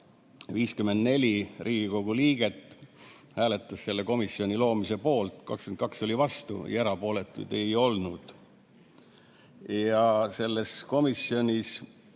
54 Riigikogu liiget hääletas selle komisjoni loomise poolt, 22 oli vastu ja erapooletuid ei olnud. Selles komisjonis